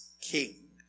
king